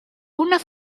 una